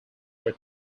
were